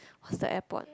what's the airport